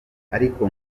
ngo